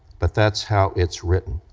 but that's how it's written.